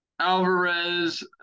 Alvarez